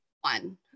one